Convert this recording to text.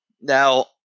Now